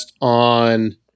on